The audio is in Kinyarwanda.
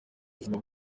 ubuzima